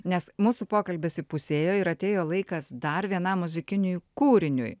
nes mūsų pokalbis įpusėjo ir atėjo laikas dar vienam muzikiniui kūriniui